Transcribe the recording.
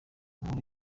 nkuru